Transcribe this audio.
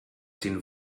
den